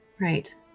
Right